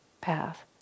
path